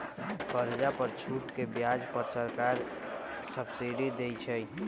कर्जा पर छूट के ब्याज पर सरकार सब्सिडी देँइ छइ